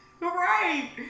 Right